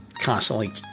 constantly